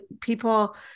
people